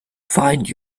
find